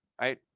right